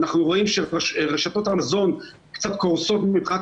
אנחנו רואים שרשתות המזון קצת קורסות מבחינת